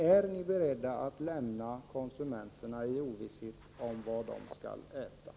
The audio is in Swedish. Är ni beredda att lämna konsumenterna i ovisshet om vad de skall äta?